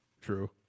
True